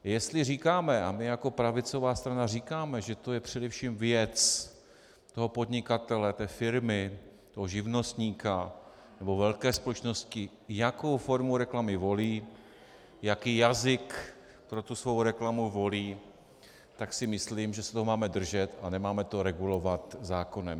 Jestli říkáme, a my jako pravicová strana říkáme, že to je především věc toho podnikatele, té firmy, toho živnostníka nebo velké společnosti, jakou formu reklamy volí, jaký jazyk pro tu svou reklamu volí, tak si myslím, že se toho máme držet a nemáme to regulovat zákonem.